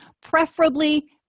preferably